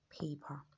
paper